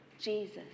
Jesus